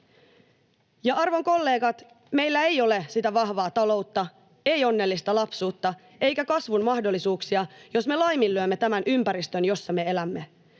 Arvon kollegat, meillä ei ole sitä vahvaa taloutta, ei onnellista lapsuutta eikä kasvun mahdollisuuksia, jos me laiminlyömme tämän ympäristön, jossa me elämme.